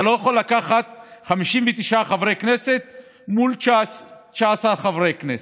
אתה לא יכול לקחת 59 חברי כנסת מול 19 חברי כנסת,